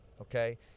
okay